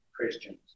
Christians